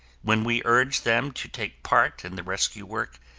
when we urged them to take part in the rescue work,